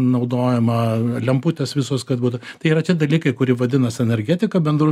naudojama lemputes visos kad būtų tai yra tie dalykai kurie vadinas energetika bendru